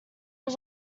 was